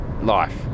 life